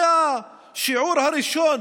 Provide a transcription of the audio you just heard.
זה השיעור הראשון